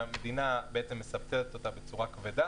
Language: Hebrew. שהמדינה מסבסדת אותה בצורה כבדה,